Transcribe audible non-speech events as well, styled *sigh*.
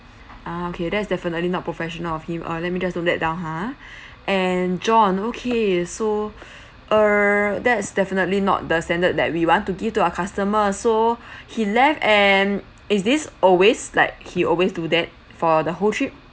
ah okay that's definitely not professional of him uh let me just note that down ha *breath* and john okay so *breath* err that's definitely not the standard that we want to give to our customer so *breath* he left and is this always like he always do that for the whole trip